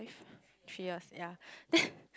three years yeah then